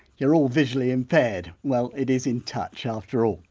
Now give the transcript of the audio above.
you're all visually impaired well it is in touch after all.